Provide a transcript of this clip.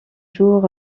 jour